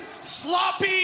sloppy